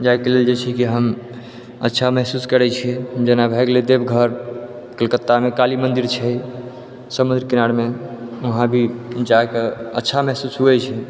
जाहिके लेल हम अच्छा महसूस करै छिए जेना भऽ गेलै देवघर कलकत्तामे काली मन्दिर छै समुद्रके किनारमे वहाँ भी जाके अच्छा महसूस होइ छै